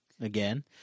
again